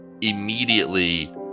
immediately